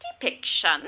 depiction